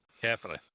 Carefully